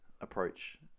approach